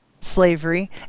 slavery